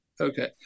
Okay